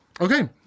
Okay